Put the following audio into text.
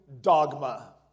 dogma